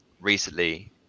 recently